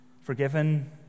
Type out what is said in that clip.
forgiven